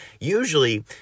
usually